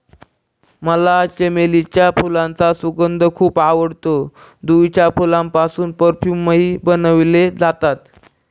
मला चमेलीच्या फुलांचा सुगंध खूप आवडतो, जुईच्या फुलांपासून परफ्यूमही बनवले जातात